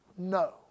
no